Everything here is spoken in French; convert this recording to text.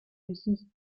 lucie